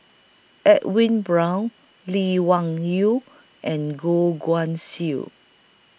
Edwin Brown Lee Wung Yew and Goh Guan Siew